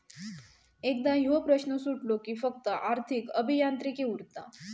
एकदा ह्यो प्रश्न सुटलो कि फक्त आर्थिक अभियांत्रिकी उरता